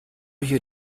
hier